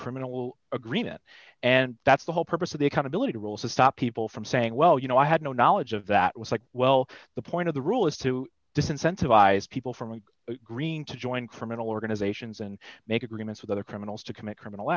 criminal agreement and that's the whole purpose of the accountability rules to stop people from saying well you know i had no knowledge of that was like well the point of the rule is to disincentive wise people from agreeing to join criminal organizations and make agreements with other criminals to commit criminal